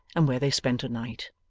and where they spent a night.